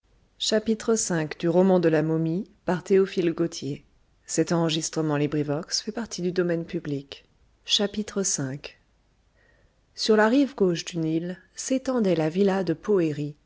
massifs ensur la rive gauche du nil s'étendait la villa de